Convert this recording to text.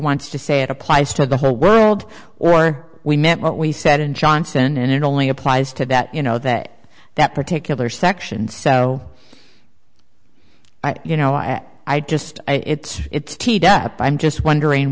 wants to say it applies to the whole world or we meant what we said in johnson and it only applies to that you know that that particular section so i you know and i just i it's it's teed up i'm just wondering